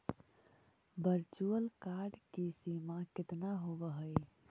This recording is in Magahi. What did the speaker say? वर्चुअल कार्ड की सीमा केतना होवअ हई